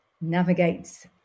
navigates